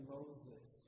Moses